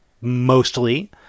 mostly